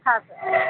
ಹಾಂ ಸರ್